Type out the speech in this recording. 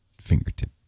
fingertip